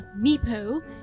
Meepo